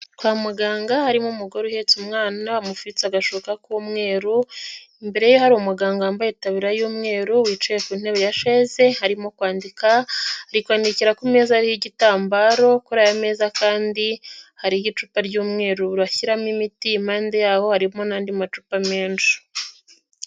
Kwa muganga harimo umugore uhetse umwana amufitse agashuka k'umweru, imbere ye hari umuganga wambaye itaburiya y'umweru wicaye ku ntebe ya sheze arimo kwandika, ari kwandikira ku meza ariho igitambaro. Kuri aya meza kandi hariho' icupa ry'umweru bashyiramo imiti impande yaho harimo n'andi macupa menshi.